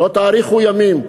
לא תאריכו ימים.